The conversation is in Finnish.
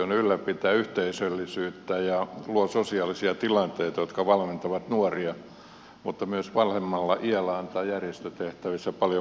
ne ylläpitävät yhteisöllisyyttä ja luovat sosiaalisia tilanteita jotka valmentavat nuoria mutta myös vanhemmalla iällä antavat järjestötehtävissä paljon mahdollisuuksia